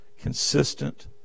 consistent